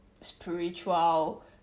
spiritual